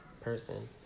person